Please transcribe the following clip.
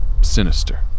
sinister